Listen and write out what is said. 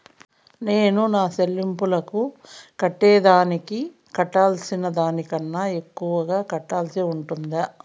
నేను నా సెల్లింపులకు కట్టేదానికి కట్టాల్సిన దానికన్నా ఎక్కువగా కట్టాల్సి ఉంటుందా?